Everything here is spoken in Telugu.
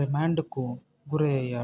రిమాండ్కు గురయ్యాడు